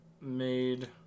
made